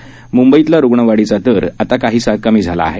म्ंबईतला रुग्ण वाढीचा दर काहिसा कमी झाला आहे